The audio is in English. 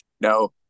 No